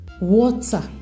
water